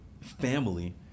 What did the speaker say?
family